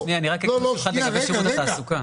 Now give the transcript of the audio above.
אני רק אגיד לגבי הנתונים של שירות התעסוקה.